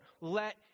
let